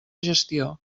gestió